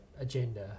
agenda